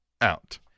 out